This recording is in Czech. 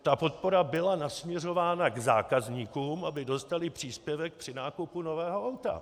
Ta podpora byla nasměrována k zákazníkům, aby dostali příspěvek při nákupu nového auta.